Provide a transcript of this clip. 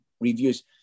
reviews